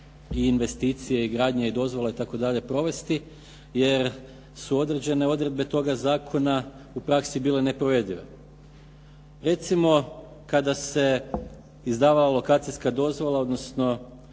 i investicije i gradnje i dozvola itd., provesti, jer su određene odredbe toga zakona u praksi bile neprovedive. Recimo kada se izdavala lokacijska dozvola, odnosno